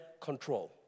control